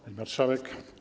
Pani Marszałek!